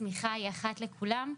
השמיכה היא אחת לכולם,